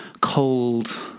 cold